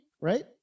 right